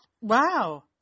Wow